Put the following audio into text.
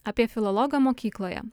apie filologą mokykloje